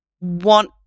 want